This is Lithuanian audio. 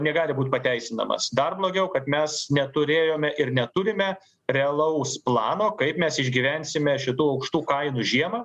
negali būt pateisinamas dar blogiau kad mes neturėjome ir neturime realaus plano kaip mes išgyvensime šitų aukštų kainų žiemą